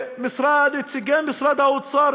נציגי משרד האוצר,